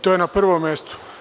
To je na prvom mestu.